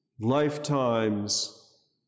lifetimes